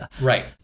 Right